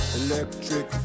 electric